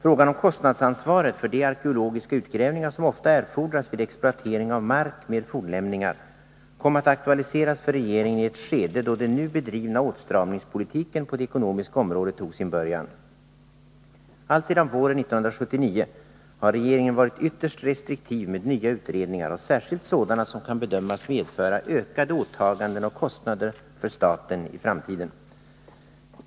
Frågan om kostnadsansvaret för de arkeologiska utgrävningar som ofta erfordras vid exploatering av mark med fornlämningar kom att aktualiseras för regeringen i ett skede då den nu bedrivna åtstramningspolitiken på det ekonomiska området tog sin början. Alltsedan våren 1979 har regeringen varit ytterst restriktiv med nya utredningar och särskilt sådana som kan bedömas medföra ökade åtaganden och kostnader för staten i framtiden.